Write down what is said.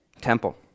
temple